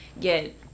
get